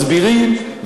ואנחנו מסבירים,